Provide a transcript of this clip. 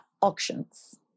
auctions